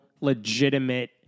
legitimate